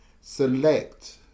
select